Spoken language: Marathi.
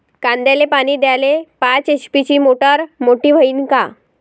कांद्याले पानी द्याले पाच एच.पी ची मोटार मोटी व्हईन का?